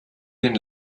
den